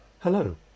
Hello